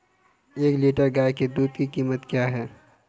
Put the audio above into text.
एक लीटर गाय के दूध की कीमत क्या है?